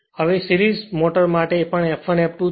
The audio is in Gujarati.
તેથી હવે સિરીજમોટર માટે પણ F1 F2 છે